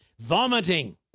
vomiting